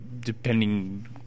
Depending